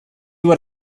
what